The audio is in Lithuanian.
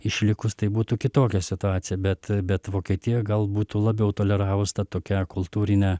išlikus tai būtų kitokia situacija bet bet vokietija gal būtų labiau toleravus tokią kultūrinę